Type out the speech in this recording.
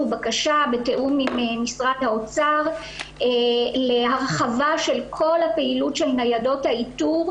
בקשה בתיאום עם משרד האוצר להרחבה של כל הפעילות של ניידות האיתור,